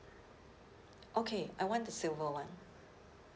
okay I want the silver one